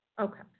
Okay